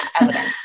evidence